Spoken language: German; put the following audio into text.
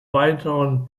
weiteren